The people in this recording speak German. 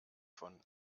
von